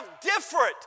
different